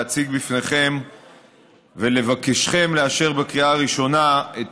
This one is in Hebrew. להציג לפניכם ולבקשכם לאשר בקריאה הראשונה את